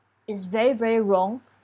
is very very wrong